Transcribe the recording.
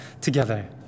together